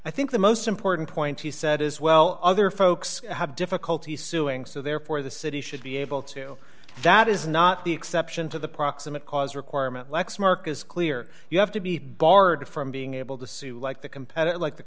i think the most important point he said is well other folks have difficulty suing so therefore the city should be able to that is not the exception to the proximate cause requirement lexmark is clear you have to be barred from being able to sue like the competitor like the